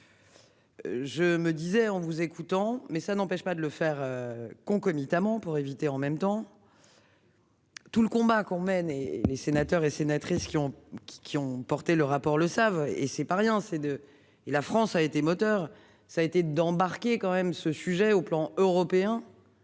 Je me disais on vous écoutant mais ça n'empêche pas de le faire. Concomitamment pour éviter en même temps. Tout le combat qu'on mène, et les sénateurs et sénatrices qui ont qui ont porté le rapport le savent et c'est pas rien, c'est 2 et la France a été moteur ça a été d'embarquer quand même ce sujet au plan européen.